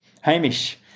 Hamish